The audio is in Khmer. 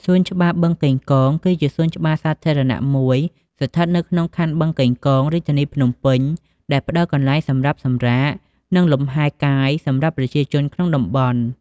សួនច្បារបឹងកេងកង គឺជាសួនច្បារសាធារណៈមួយស្ថិតនៅក្នុងខណ្ឌបឹងកេងកង រាជធានីភ្នំពេញ ដែលផ្តល់កន្លែងសម្រាប់សម្រាក និងលំហែកាយសម្រាប់ប្រជាជនក្នុងតំបន់។